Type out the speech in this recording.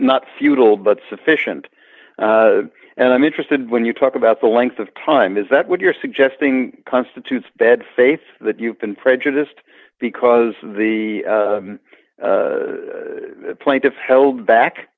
not futile but sufficient and i'm interested when you talk about the length of time is that what you're suggesting constitutes bad faith that you've been prejudiced because the plaintiffs held